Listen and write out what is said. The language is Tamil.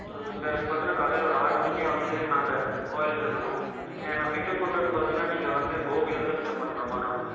கொஞ்சம் எனக்கு பார்த்தீங்கன்னா காலையில் ஒரு ஆறு மணிக்கே வந்து நாங்கள் கோவில்ல இருக்கணும் என்ன பிக்கப் பண்ணுறது பார்த்திங்கன்னா நீங்கள் வந்து கோபிலேருந்தே பிக்கப் பண்ணுற மாதிரி இருக்கும்